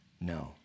no